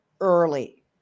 early